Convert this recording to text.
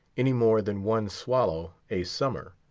any more than one swallow a summer.